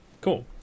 cool